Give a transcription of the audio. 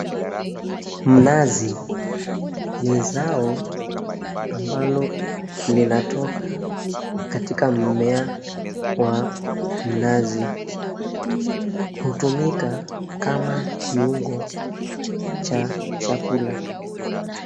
Mnazi ni zao ambalo linatoka katika mmea wa mnazi. Hutumika kama kiungo cha chakula.